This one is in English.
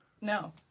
No